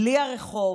בלי הרחוב,